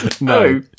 no